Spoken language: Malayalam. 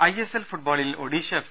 ഐഎസ്എൽ ഫുട്ബോളിൽ ഒഡീഷ്യ എഫ്